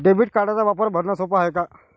Debit कार्डचा वापर भरनं सोप हाय का?